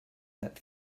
that